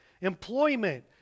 employment